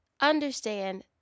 understand